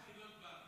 תגיד עוד פעם.